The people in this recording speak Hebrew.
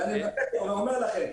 ואני אומר לכם,